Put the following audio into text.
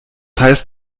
heißt